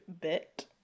bit